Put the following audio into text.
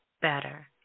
better